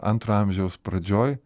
antro amžiaus pradžioj